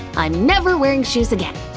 i'm never wearing shoes again.